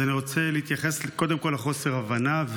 אני רוצה קודם כול לגבי חוסר הבנה,